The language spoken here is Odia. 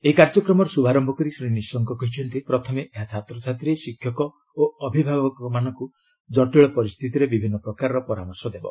ଏହି କାର୍ଯ୍ୟକ୍ରମର ଶୁଭାରମ୍ଭ କରି ଶ୍ରୀ ନିଶଙ୍କ କହିଛନ୍ତି ପ୍ରଥମେ ଏହା ଛାତ୍ରଛାତ୍ରୀ ଶିକ୍ଷକ ଓ ଅଭିଭାବକମାନଙ୍କୁ ଜଟିଳ ପରିସ୍ଥିତିରେ ବିଭିନ୍ନ ପ୍ରକାରର ପରାମର୍ଶ ଦେବ